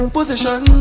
Position